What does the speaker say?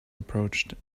approached